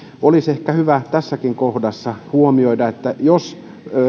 olisi ehkä hyvä tässäkin kohdassa huomioida että jos